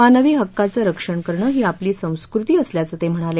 मानवी हक्कांचं रक्षण करणं ही आपली संस्कृती असल्याचं ते म्हणाले